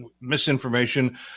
misinformation